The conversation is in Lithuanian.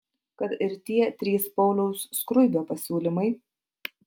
kad ir tie trys pauliaus skruibio pasiūlymai